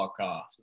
podcast